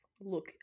look